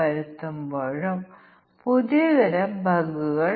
അതിനാൽ ഫോണ്ട് വ്യത്യസ്തമായി കാണപ്പെടും